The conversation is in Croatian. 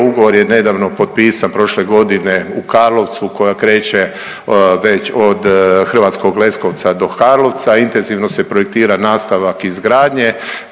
Ugovor je nedavno potpisan, prošle godine u Karlovcu koja kreće već od Hrvatskog Leskovca do Karlovca. Intenzivno se projektira nastavak izgradnje.